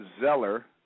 zeller